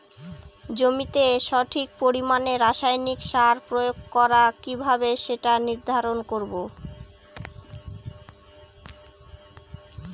জমিতে সঠিক পরিমাণে রাসায়নিক সার প্রয়োগ করা কিভাবে সেটা নির্ধারণ করব?